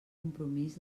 compromís